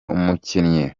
umukinnyi